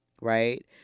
right